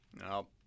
No